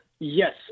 Yes